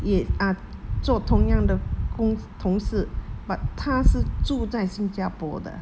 也 ah 做同样的公同事 but 他是住在新加坡的